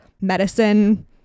medicine